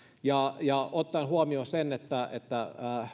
ja ja ottaen huomioon sen että että